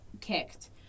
Kicked